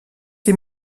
sie